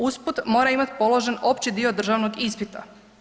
Usput, mora imat položen opći dio državnog ispita.